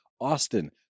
Austin